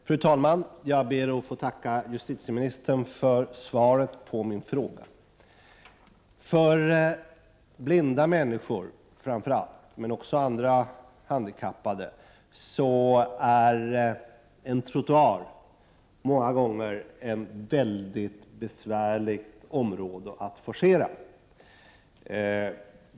Fru talman! Jag ber att få tacka justitieministern för svaret på min fråga. För framför allt blinda människor, men också för andra handikappade, är en trottoar många gånger ett mycket besvärligt område att forcera.